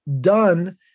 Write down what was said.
done